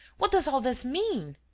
what does all this mean?